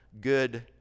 good